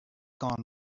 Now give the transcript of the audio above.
gone